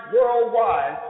worldwide